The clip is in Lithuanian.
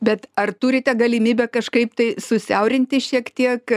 bet ar turite galimybę kažkaip tai susiaurinti šiek tiek